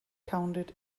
counted